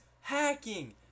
hacking